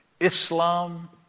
Islam